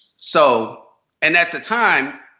so and at the time,